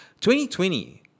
2020